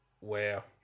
Wow